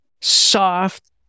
soft